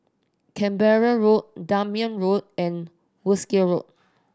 Canberra Road Dunman Road and Wolskel Road